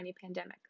pandemic